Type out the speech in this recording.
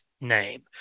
Name